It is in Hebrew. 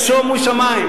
איך?